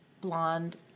blonde